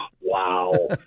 wow